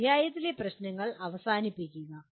അധ്യായത്തിന്റെ അവസാനം ഉള്ള പ്രശ്നങ്ങൾ പരിഹരിക്കുക